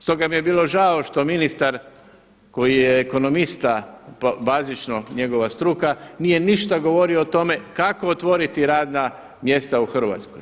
Stoga mi je bilo žao što ministar koji je ekonomista, bazično njegova struka nije ništa govorio o tome kako otvoriti radna mjesta u Hrvatskoj.